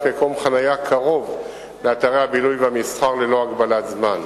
מקום חנייה קרוב לאתרי הבילוי והמסחר ללא הגבלת זמן.